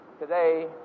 today